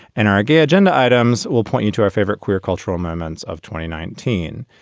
and our gay agenda items will point you to our favorite queer cultural moments of twenty nineteen.